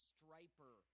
Striper